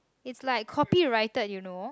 it's like copyrighted you know